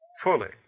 fully